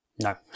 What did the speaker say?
No